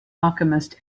alchemist